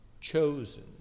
chosen